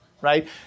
right